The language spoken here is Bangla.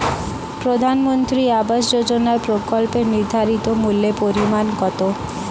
প্রধানমন্ত্রী আবাস যোজনার প্রকল্পের নির্ধারিত মূল্যে পরিমাণ কত?